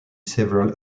several